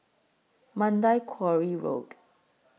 Mandai Quarry Road